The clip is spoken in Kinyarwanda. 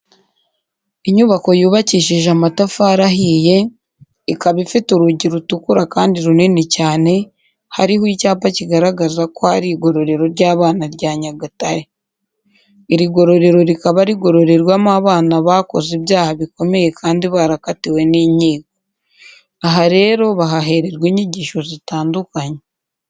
Inyubako yubakishije amatafari ahiye, ikaba ifite urugi rutukura kandi runini cyane, hariho icyapa kigaragaza ko ari igororero ry'abana rya Nyagatare. Iri gororero rikaba rigororerwamo abana bakoze ibyaha bikomeye kandi barakatiwe n'inyiko. Aha rero bahahererwa inyigisho zitandukanye.